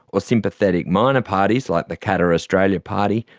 or sympathetic minor parties like the katter australia party,